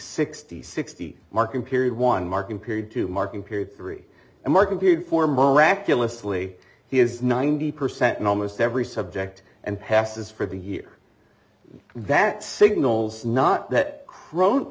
sixty sixty marking period one marking period two marking period three and marking period for miraculously he is ninety percent in almost every subject and passes for the year that signals not that crone